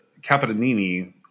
Capitanini